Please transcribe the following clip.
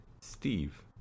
Steve